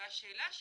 השאלה השלישית,